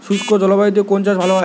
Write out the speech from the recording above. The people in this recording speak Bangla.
শুষ্ক জলবায়ুতে কোন চাষ ভালো হয়?